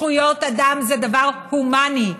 זכויות אדם הן דבר הומני,